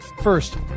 First